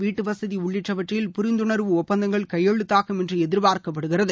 வீட்டுவசதி உள்ளிட்டவற்றில் புரிந்துணர்வு ஒபந்தங்கள் கையெழுத்தாகும் என்று எதிர்பார்க்கப்படுகிறது